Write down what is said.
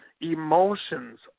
emotions